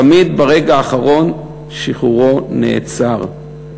תמיד ברגע האחרון שחרורו נעצר.